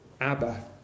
Abba